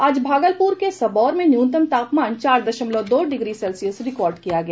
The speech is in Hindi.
आज भागलपुर के सबौर में न्यूनतम तापमान चार दशमलव दो डिग्री सेल्सियस रिकॉर्ड किया गया